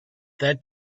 that